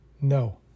no